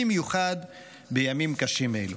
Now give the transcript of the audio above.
במיוחד בימים קשים אלו.